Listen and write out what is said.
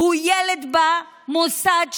הוא ילד במוסד שלנו,